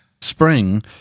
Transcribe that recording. Spring